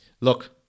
look